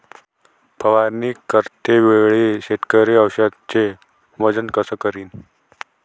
फवारणी करते वेळी शेतकरी औषधचे वजन कस करीन?